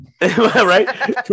right